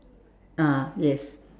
ah yes